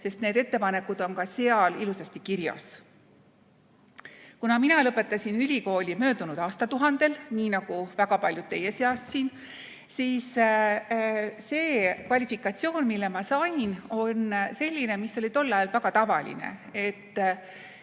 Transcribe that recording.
sest need ettepanekud on ka seal ilusasti kirjas. Kuna mina lõpetasin ülikooli möödunud aastatuhandel, nii nagu väga paljud teie seast siin, siis see kvalifikatsioon, mille ma sain, on selline, mis oli tol ajal väga tavaline.